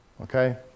okay